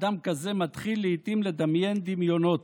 אדם כזה מתחיל לעיתים לדמיין דמיונות,